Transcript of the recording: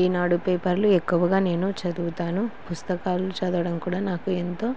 ఈనాడు పేపర్లు ఎక్కువగా నేను చదువుతాను పుస్తకాలు చదవడం కూడా నాకు ఎంతో